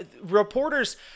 reporters